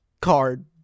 card